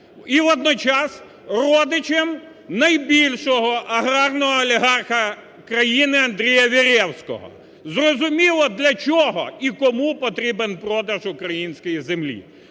і водночас родичем найбільшого аграрного олігарха країни Андрія Веревського. Зрозуміло для чого і кому потрібен продаж української землі.